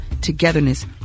togetherness